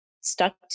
stuck